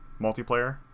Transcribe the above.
multiplayer